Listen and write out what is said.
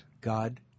God